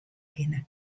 kinne